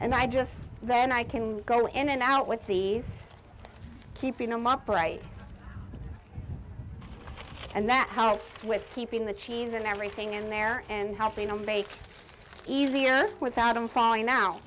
and i just then i can go in and out with these keeping them operate and that helps with keeping the cheese and everything in there and helping them bake easier without him falling now